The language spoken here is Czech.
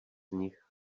nich